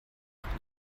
noch